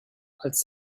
als